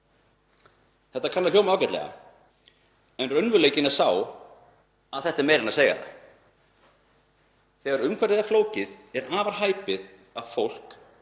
Þetta kann að hljóma ágætlega, en raunveruleikinn er sá að þetta er meira en að segja það. Þegar umhverfið er flókið er afar hæpið að fólk,